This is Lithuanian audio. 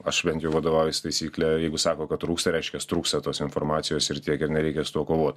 aš bent jau vadovaujuos taisykle jeigu sako kad trūksta reiškias trūksta tos informacijos ir tiek ir nereikia su tuo kovot